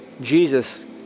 Jesus